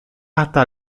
hasta